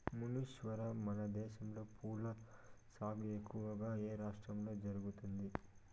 మునీశ్వర, మనదేశంలో పూల సాగు ఎక్కువగా ఏ రాష్ట్రంలో జరుగుతుంది